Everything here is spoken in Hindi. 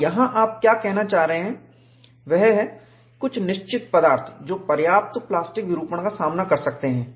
और यहां आप क्या कहना चाह रहे हैं वह है कुछ निश्चित पदार्थ जो पर्याप्त प्लास्टिक विरूपण का सामना कर सकते हैं